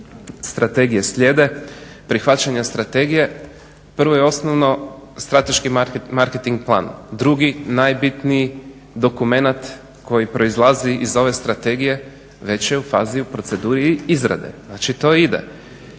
strategije slijede prihvaćanja strategije prvo i osnovno strateški marketing plan, drugi najbitniji dokumenat koji proizlazi iz ove strategije već je u fazi i proceduri izrade. Znači to ide.